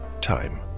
Time